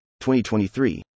2023